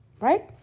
right